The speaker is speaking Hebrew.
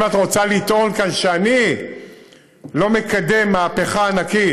אם את רוצה לטעון כאן שאני לא מקדם מהפכה ענקית,